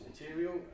material